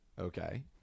okay